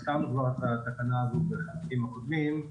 הזכרנו את התקנה הזאת בחלקים הקודמים,